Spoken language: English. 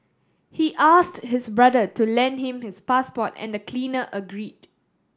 he asked his brother to lend him his passport and the cleaner agreed